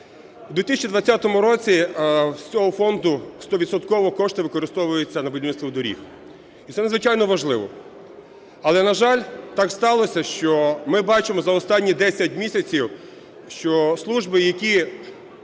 В 2020 році з цього фонду стовідсотково кошти використовуються на будівництво доріг. І це надзвичайно важливо. Але, на жаль, так сталося, що ми бачимо за останні 10 місяців, що служби, які...